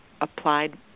applied